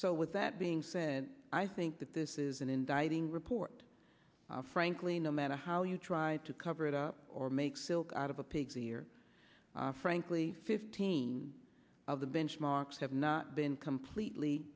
so with that being said i think that this is an indicting report frankly no matter how you tried to cover it up or make silk out of a pig's ear frankly fifteen of the benchmarks have not been completely